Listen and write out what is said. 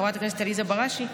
חברת הכנסת עליזה בראשי,